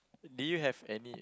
do you have any